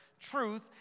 truth